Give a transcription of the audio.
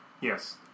Yes